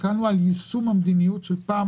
הסתכלנו על יישום המדיניות של שירות